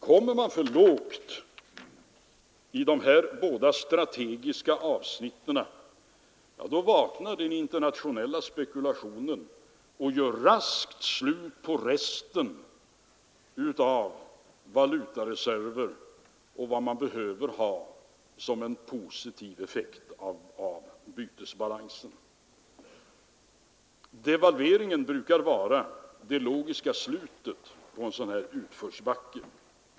Kommer man för lågt på dessa båda strategiska avsnitt, vaknar den internationella spekulationen och gör raskt slut på resten av valutareserven och den positiva effekten av bytesbalansen. En devalvering brukar vara det logiska slutet på en sådan här utförsbacke.